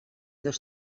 dos